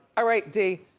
ah right d,